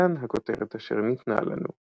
מכאן הכותרת אשר ניתנה לנו ...